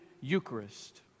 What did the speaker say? Eucharist